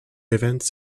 events